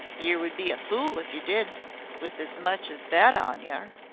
yer would be a fool if yer did with as much as that on yer.